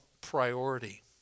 priority